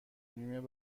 نیم